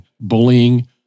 bullying